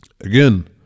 Again